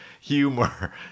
humor